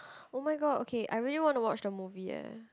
oh-my-god okay I really want to watch the movie eh